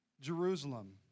Jerusalem